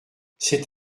c’est